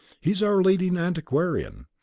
he's our leading antiquarian,